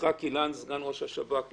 יצחק אילן, סגן ראש השב"כ לשעבר.